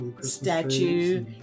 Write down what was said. Statue